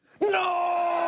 No